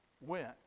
went